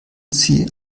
sie